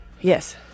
Yes